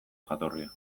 jatorria